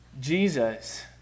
Jesus